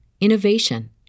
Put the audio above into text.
innovation